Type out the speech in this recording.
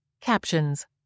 Captions